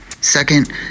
Second